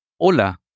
Hola